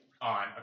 on